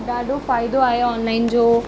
ॾाढो फ़ाइदो आहे ऑनलाइन जो